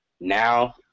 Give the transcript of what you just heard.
now